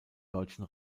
deutschen